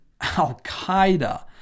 Al-Qaeda